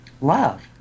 love